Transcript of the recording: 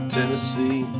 Tennessee